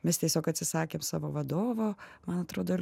mes tiesiog atsisakėm savo vadovo man atrodo